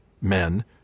men